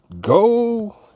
Go